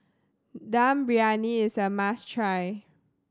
Dum Briyani is a must try